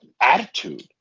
attitude